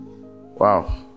Wow